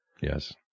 Yes